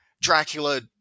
Dracula